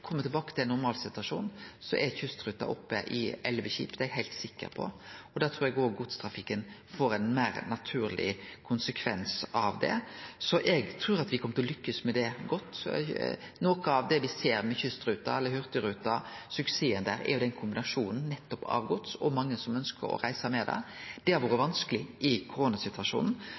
tilbake til ein normalsituasjon, er kystruta oppe i elleve skip – det er eg heilt sikker på – og da trur eg òg at godstrafikken får ein meir naturleg konsekvens av det. Så eg trur me kjem til å lykkes godt med det. Noko av grunnen til suksessen til Hurtigruten er kombinasjonen av gods og mange som ønskjer å reise med dei. Det har vore vanskeleg i